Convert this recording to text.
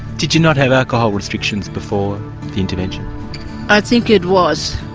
did you not have alcohol restrictions before the intervention i think it was,